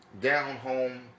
down-home